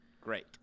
Great